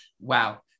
Wow